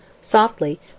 Softly